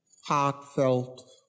heartfelt